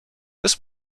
this